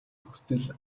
хүртэл